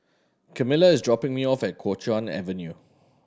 Camila is dropping me off at Kuo Chuan Avenue